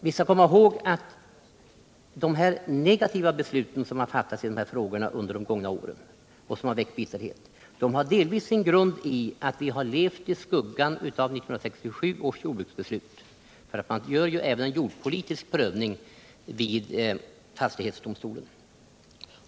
Vi skall komma ihåg att de negativa beslut som fattats i de här frågorna under gångna år och som väckt bitterhet delvis har sin grund i att vi levt i skuggan av 1967 års jordbrukspolitiska beslut. Man gör ju ändå en jordpolitisk prövning vid fastighetsdomstolen.